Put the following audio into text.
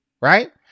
right